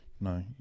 no